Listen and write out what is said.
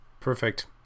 perfect